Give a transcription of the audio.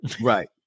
Right